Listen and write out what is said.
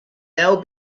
now